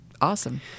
awesome